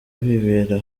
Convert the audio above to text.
bibera